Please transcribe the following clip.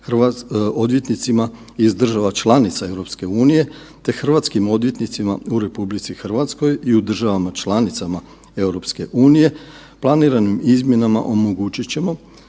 u RH, odvjetnicima iz država članica EU te hrvatskim odvjetnicima u RH i u državama članicama EU, planiram izmjenama omogućit ćemo